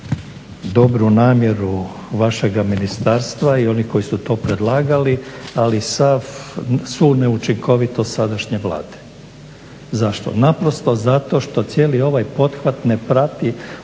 dobru namjeru vašega ministarstva i onih koji su to predlagali, ali sav, svu neučinkovitost sadašnje Vlade. Zašto? Naprosto zato što cijeli ovaj pothvat ne prati